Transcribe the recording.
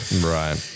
Right